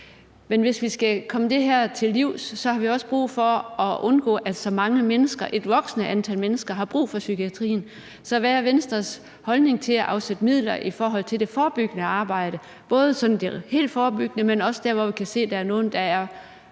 Men hvis vi skal komme det her til livs, har vi også brug for at undgå, at et voksende antal mennesker har brug for psykiatrien. Så hvad er Venstres holdning til at afsætte midler i forhold til det forebyggende arbejde, både det sådan helt forebyggende, men også der, hvor vi kan se, at der er nogle, der